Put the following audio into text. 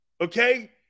Okay